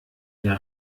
der